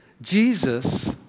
Jesus